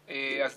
משמעותית באובדן